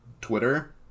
Twitter